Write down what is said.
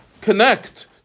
connect